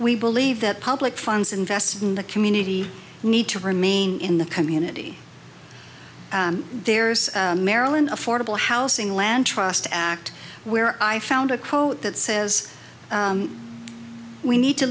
we believe that public funds invested in the community need to remain in the community there's maryland affordable housing land trust act where i found a quote that says we need to